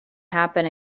happen